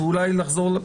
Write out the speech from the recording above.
ולהתייעץ.